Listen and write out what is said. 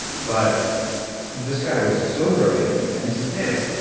but this guy was so brilliant and he said, dave,